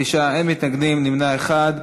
בעד, 29, אין מתנגדים, נמנע אחד.